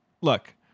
look